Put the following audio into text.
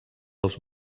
els